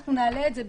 ואנחנו נעלה את זה,